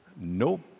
Nope